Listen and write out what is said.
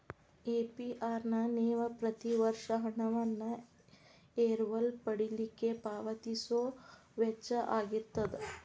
APR ನ ನೇವ ಪ್ರತಿ ವರ್ಷ ಹಣವನ್ನ ಎರವಲ ಪಡಿಲಿಕ್ಕೆ ಪಾವತಿಸೊ ವೆಚ್ಚಾಅಗಿರ್ತದ